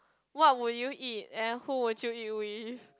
what would you eat and who would you eat with